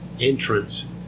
entrance